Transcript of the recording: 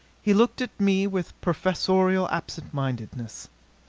he looked at me with professorial absent-mindedness.